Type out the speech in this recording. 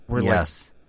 yes